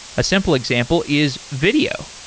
a simple example is video.